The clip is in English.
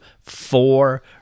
four